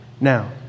now